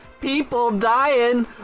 people-dying